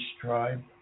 tribe